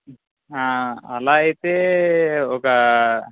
అలా అయితే ఒక